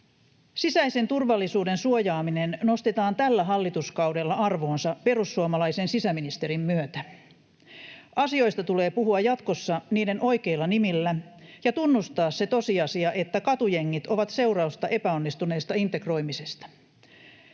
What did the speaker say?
Sisäisen turvallisuuden suojaaminen nostetaan tällä hallituskaudella arvoonsa perussuomalaisen sisäministerin myötä. Asioista tulee puhua jatkossa niiden oikeilla nimillä ja tunnustaa se tosiasia, että katujengit ovat seurausta epäonnistuneesta integ-roimisesta.